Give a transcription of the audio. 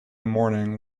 morning